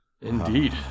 indeed